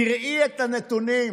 תראי את הנתונים.